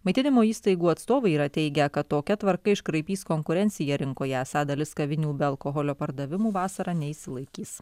maitinimo įstaigų atstovai yra teigę kad tokia tvarka iškraipys konkurenciją rinkoje esą dalis kavinių be alkoholio pardavimų vasarą neišsilaikys